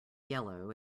yellow